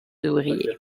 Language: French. ouvriers